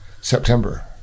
September